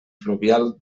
fluvial